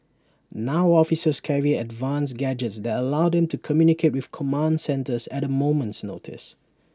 now officers carry advanced gadgets that allow them to communicate with command centres at A moment's notice